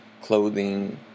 clothing